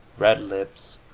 red lips,